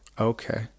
Okay